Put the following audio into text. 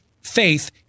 faith